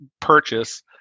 purchase